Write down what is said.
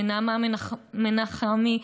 לנעמה מנחמי,